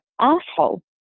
asshole